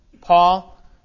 Paul